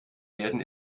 werden